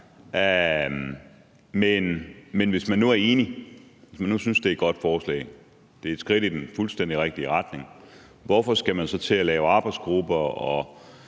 men hvis man nu er enig og synes, det er et godt forslag og et skridt i den fuldstændig rigtige retning, hvorfor skal man så til at lave arbejdsgrupper og